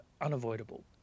unavoidable